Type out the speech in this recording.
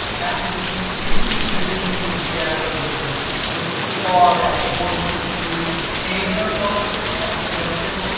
actually, these two conditions would be added with and with the quad as a one, two, three and logical test, and down here,